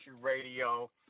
Radio